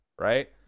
right